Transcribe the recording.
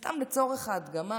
ורק לצורך ההדגמה